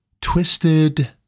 twisted